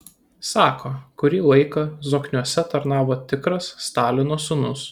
sako kurį laiką zokniuose tarnavo tikras stalino sūnus